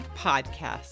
Podcast